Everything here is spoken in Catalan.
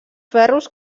ferros